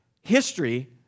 history